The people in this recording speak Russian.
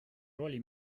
роли